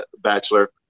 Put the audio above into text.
Bachelor